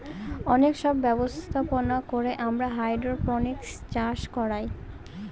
অনেক সব ব্যবস্থাপনা করে আমরা হাইড্রোপনিক্স চাষ করায়